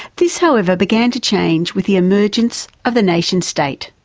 this however began to change with the emergence of the nation state.